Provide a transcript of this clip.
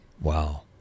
wow